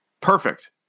perfect